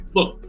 Look